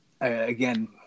again